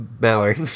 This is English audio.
Mallory